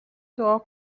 دعا